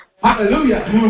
Hallelujah